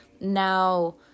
Now